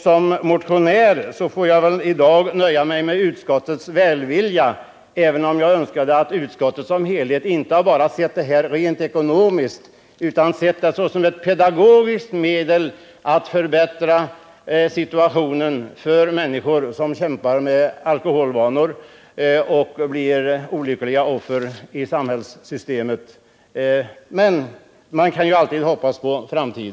Som motionär får jag i dag nöja mig med utskottets välvilja, även om jag önskade att utskottet inte sett på våra förslag rent ekonomiskt utan som ett pedagogiskt medel i ansträngningarna att förbättra situationen för dem som har det besvärligt med sina alkoholvanor och blir olyckliga offer i samhällssystemet. Men man kan ju alltid hoppas på en bättre framtid.